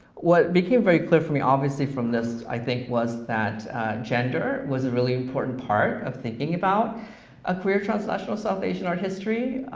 what became very clear to me, obviously, from this, i think, was that gender was a really important part of thinking about a queer transnational south asian art history,